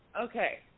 Okay